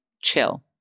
chill